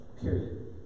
period